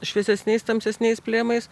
šviesesniais tamsesniais plėmais